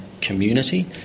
community